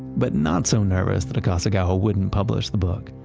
but not so nervous that akasegawa wouldn't publish the book.